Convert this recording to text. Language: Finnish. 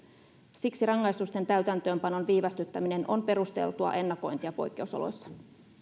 siksi rangaistusten täytäntöönpanon viivästyttäminen on perusteltua ennakointia poikkeusoloissa